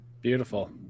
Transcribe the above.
Beautiful